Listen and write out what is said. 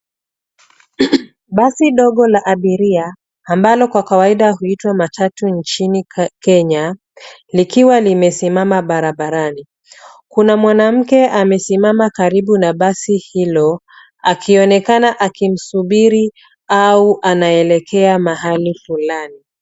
Basi ndogo la abiria, ambalo kwa kawaida huitwa matatu nchini Kenya, likiwa limesimama barabarani. Kuna mwanamke amesimama karibu na basi hilo akionekana akimsubiri au anaelekea mahali fulani.